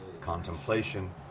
contemplation